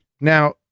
Now